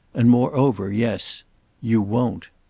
and moreover yes you won't.